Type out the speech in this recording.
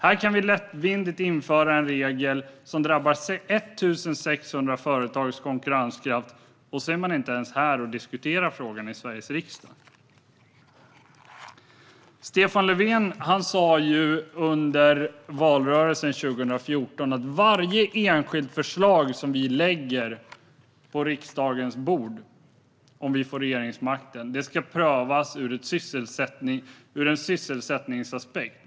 Här kan vi lättvindigt införa en regel som drabbar 1 600 företags konkurrenskraft, och så är man inte ens med och diskuterar frågan här i Sveriges riksdag. Stefan Löfven sa under valrörelsen 2014: Om vi får regeringsmakten ska varje enskilt förslag som vi lägger på riksdagens bord prövas utifrån en sysselsättningsaspekt.